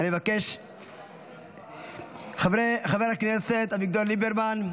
חבר הכנסת אביגדור ליברמן,